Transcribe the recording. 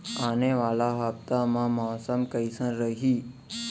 आने वाला हफ्ता मा मौसम कइसना रही?